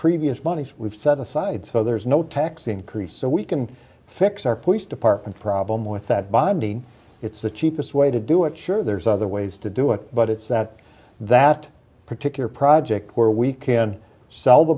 previous monies we've set aside so there's no tax increase oh we can fix our police department problem with that binding it's the cheapest way to do it sure there's other ways to do it but it's at that particular project where we can sell the